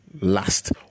last